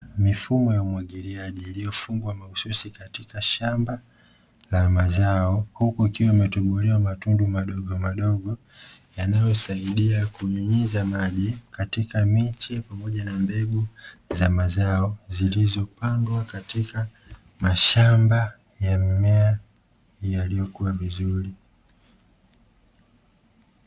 Mifumo ya umwagiliaji iliyofungwa mahususi katika shamba la mazao, huku ikiwa imetobolewa matundu madogo madogo, yanayosaidia kunyunyiza maji katika miche pamoja na mbegu za mazao zilizopandwa katika mashamba ya mimea yaliyokua vizuri.